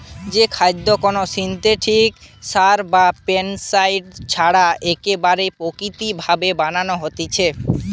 যেই খাদ্য কোনো সিনথেটিক সার বা পেস্টিসাইড ছাড়া একেবারে প্রাকৃতিক ভাবে বানানো হতিছে